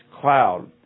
cloud